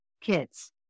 kids